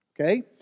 okay